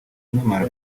nkimara